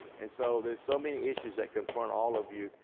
and so there's so many issues that confront all of you.